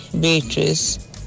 Beatrice